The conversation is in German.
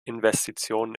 investitionen